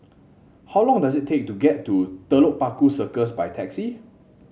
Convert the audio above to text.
how long does it take to get to Telok Paku Circus by taxi